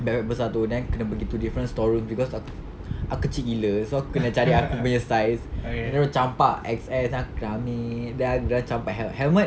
bag bag besar tu then kena pergi two different store rooms cause aku kecil gila so aku kena cari aku punya size know campak X_S kena ambil dorang dorang campak hel~ helmet